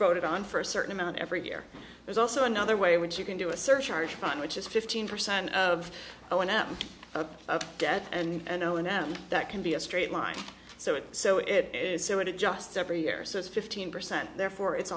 voted on for a certain amount every year there's also another way which you can do a surcharge fund which is fifteen percent of a one out of debt and only now that can be a straight line so it so it is so it adjusts every year so it's fifteen percent therefore it's